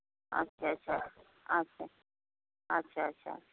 ᱦᱮᱸ ᱦᱮᱸ ᱟᱪᱪᱷᱟ ᱟᱪᱪᱷᱟ ᱟᱪᱪᱷᱟ ᱟᱪᱪᱷᱟ ᱟᱪᱪᱷᱟ